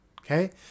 Okay